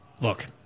Look